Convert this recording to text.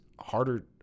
harder